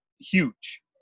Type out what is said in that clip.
huge